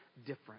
different